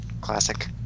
Classic